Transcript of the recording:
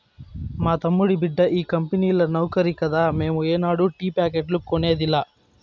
మా తమ్ముడి బిడ్డ ఈ కంపెనీల నౌకరి కదా మేము ఏనాడు టీ ప్యాకెట్లు కొనేదిలా